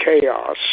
chaos